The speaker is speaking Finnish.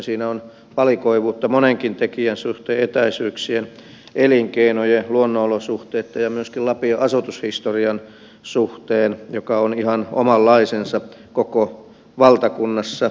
siinä on valikoivuutta monenkin tekijän suhteen etäisyyksien elinkeinojen luonnonolosuhteitten ja myöskin lapin asutushistorian suhteen joka on ihan omanlaisensa koko valtakunnassa